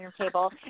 table